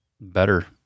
better